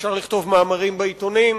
אפשר לכתוב מאמרים בעיתונים,